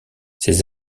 ses